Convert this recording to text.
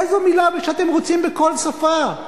איזו מלה שאתם רוצים, בכל שפה.